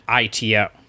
ito